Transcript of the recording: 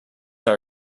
are